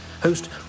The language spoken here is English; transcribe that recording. host